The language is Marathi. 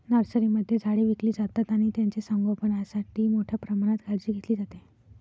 नर्सरीमध्ये झाडे विकली जातात आणि त्यांचे संगोपणासाठी मोठ्या प्रमाणात काळजी घेतली जाते